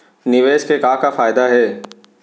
निवेश के का का फयादा हे?